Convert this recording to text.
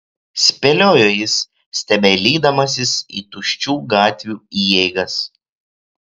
spėliojo jis stebeilydamasis į tuščių gatvių įeigas